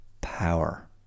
power